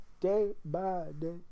day-by-day